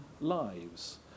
lives